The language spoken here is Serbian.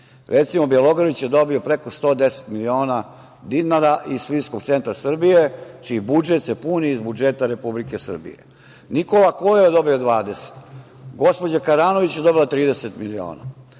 Bjelogrlić je dobio preko 110 miliona dinara iz Filmskog centra Srbije, čiji budžet se puni iz budžeta Republike Srbije. Nikola Kojo je dobio 20. Gospođa Karanović je dobila 30 miliona.